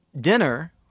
dinner